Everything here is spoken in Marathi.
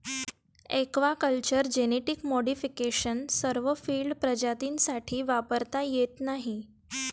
एक्वाकल्चर जेनेटिक मॉडिफिकेशन सर्व फील्ड प्रजातींसाठी वापरता येत नाही